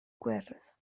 gwyrdd